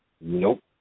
Nope